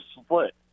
split